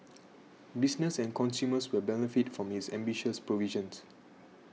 business and consumers will benefit from its ambitious provisions